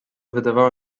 wydawało